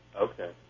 Okay